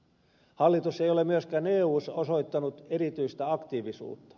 hallitus ei ole myöskään eussa osoittanut erityistä aktiivisuutta